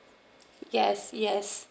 yes yes